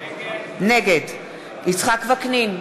נגד יצחק וקנין,